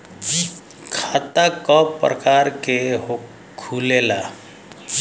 खाता क प्रकार के खुलेला?